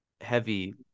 heavy